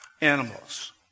animals